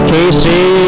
Casey